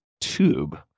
tube